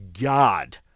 God